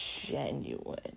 genuine